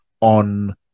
on